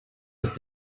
have